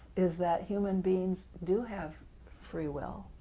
is that human beings do have free will,